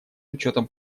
учетом